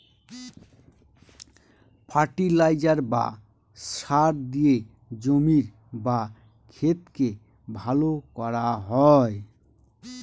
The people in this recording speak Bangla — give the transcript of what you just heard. ফার্টিলাইজার বা সার দিয়ে জমির বা ক্ষেতকে ভালো করা হয়